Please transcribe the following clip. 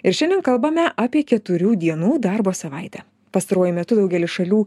ir šiandien kalbame apie keturių dienų darbo savaitę pastaruoju metu šalių